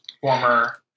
former